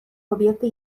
kobiety